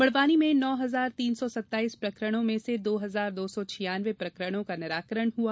बड़वानी में नौ हजार तीन सौ सत्ताइस प्रकरणों में से दो हजार दो सौ छियान्नवे प्रकरणों का निराकरण हुआ